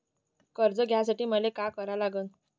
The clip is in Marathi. कर्ज घ्यासाठी मले का करा लागन?